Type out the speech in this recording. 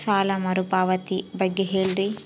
ಸಾಲ ಮರುಪಾವತಿ ಬಗ್ಗೆ ಹೇಳ್ರಿ?